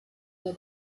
der